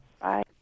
Bye